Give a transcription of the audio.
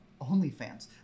OnlyFans